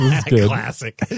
Classic